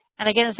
and again,